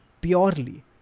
purely